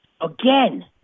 Again